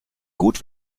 gut